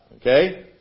Okay